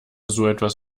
sowas